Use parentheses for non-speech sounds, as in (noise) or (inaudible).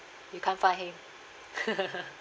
you can't find him (laughs)